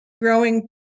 growing